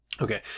Okay